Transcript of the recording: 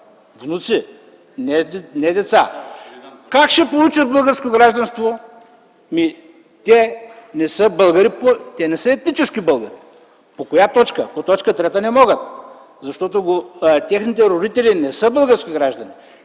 внуци, не деца, как ще получат българско гражданство? Те не са етнически българи. По коя точка ще го получат? По т. 3 не могат, защото техните родители не са български граждани.